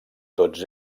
tots